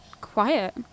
quiet